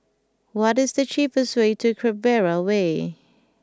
what is the cheapest way to Canberra Way